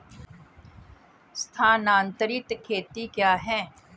स्थानांतरित खेती क्या है?